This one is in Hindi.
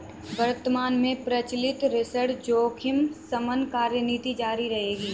वर्तमान में प्रचलित ऋण जोखिम शमन कार्यनीति जारी रहेगी